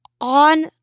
on